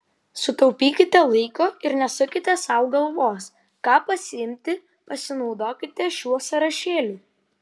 sutaupykite laiko ir nesukite sau galvos ką pasiimti pasinaudokite šiuo sąrašėliu